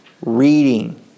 reading